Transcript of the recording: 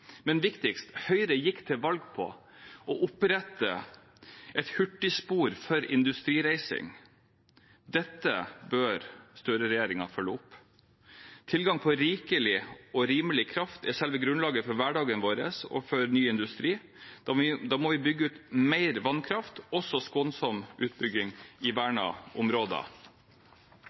Men viktigst: Høyre gikk til valg på å opprette et hurtigspor for industrireising. Dette bør Støre-regjeringen følge opp. Tilgang på rikelig og rimelig kraft er selve grunnlaget for hverdagen vår og for ny industri. Da må vi bygge ut mer vannkraft, også skånsom utbygging i vernede områder.